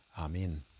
Amen